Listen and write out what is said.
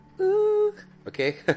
Okay